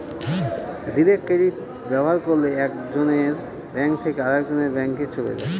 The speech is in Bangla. ডিরেক্ট ক্রেডিট ব্যবহার করলে এক জনের ব্যাঙ্ক থেকে আরেকজনের ব্যাঙ্কে চলে যায়